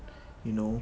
you know